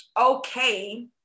okay